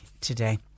today